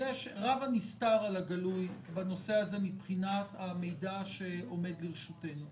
רב הנסתר על הגלוי בנושא הזה מבחינת המידע שעומד לרשותנו.